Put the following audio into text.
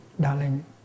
Darling